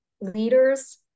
leaders